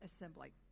assembly